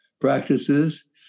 practices